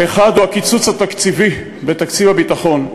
האחד הוא הקיצוץ התקציבי בתקציב הביטחון,